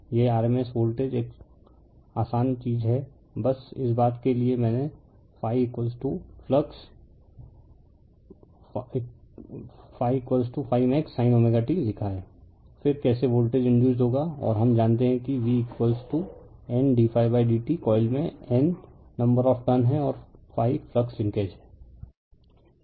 यह RMS voltage एक आसान चीज़ है बस इस बात के लिए मैंने ∅फ्लक्स है ∅∅ maxsin t लिखा है फिर कैसे वोल्टेज इंडयुसड होगा और हम जानते हैं कि vN d ∅ d t coil में N नंबर ऑफ़ टर्न है और ∅ फ्लक्स लिंकेज है